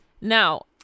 Now